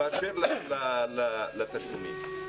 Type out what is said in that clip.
באשר לתשלומים.